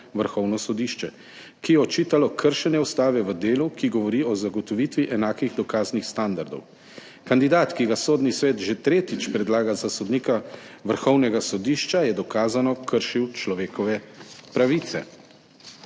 Vrhovno sodišče, ki je očitalo kršenje ustave v delu, ki govori o zagotovitvi enakih dokaznih standardov. Kandidat, ki ga Sodni svet že tretjič predlaga za sodnika Vrhovnega sodišča, je dokazano kršil človekove pravice.